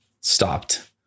stopped